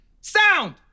Sound